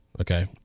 Okay